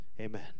amen